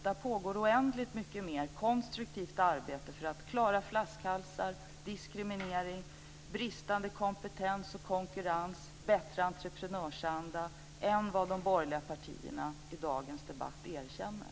Där pågår oändligt mycket mer av konstruktivt arbete för att klara flaskhalsar, diskriminering, bristande kompetens och konkurrens och för att skapa en bättre entreprenörsanda än vad de borgerliga partierna i dagens debatt erkänner.